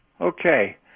Okay